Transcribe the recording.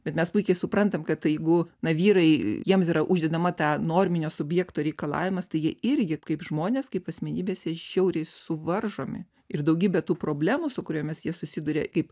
bet mes puikiai suprantam kad jeigu na vyrai jiems yra uždedama ta norminio subjekto reikalavimas tai jie irgi kaip žmonės kaip asmenybės jie žiauriai suvaržomi ir daugybė tų problemų su kuriomis jis susiduria kaip